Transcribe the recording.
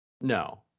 No